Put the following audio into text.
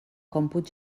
còmput